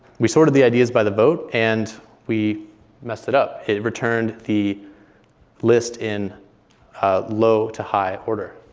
we sorted the ideas by the vote, and we messed it up. it returned the list in low-to-high order.